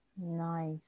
Nice